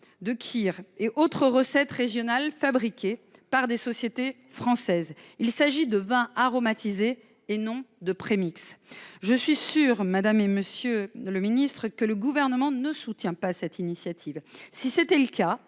de kir et d'autres recettes régionales fabriquées par des sociétés françaises. Il s'agit de vins aromatisés, non de premix. Je suis sûre, madame la ministre, monsieur le secrétaire d'État, que le Gouvernement ne soutient pas cette initiative. Si c'était le cas,